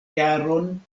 jaron